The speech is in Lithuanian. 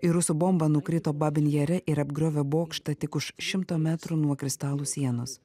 ir rusų bomba nukrito babinjere ir apgriovė bokštą tik už šimto metrų nuo kristalų sienos